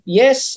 yes